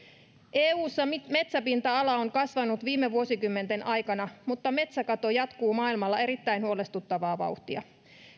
eussa metsäpinta ala on kasvanut viime vuosikymmenten aikana mutta metsäkato jatkuu maailmalla erittäin huolestuttavaa vauhtia